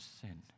sin